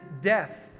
death